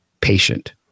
patient